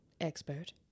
expert